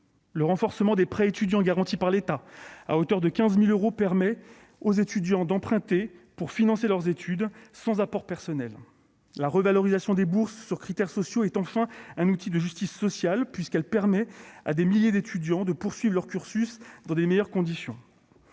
du dispositif des prêts étudiants garantis par l'État à hauteur de 20 000 euros permet aux étudiants d'emprunter pour financer leurs études, sans apport personnel. La revalorisation des bourses sur critères sociaux est enfin un outil de justice sociale, puisqu'elle permet à des milliers d'étudiants de poursuivre leur cursus dans les meilleures conditions.